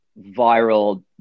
viral